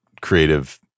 creative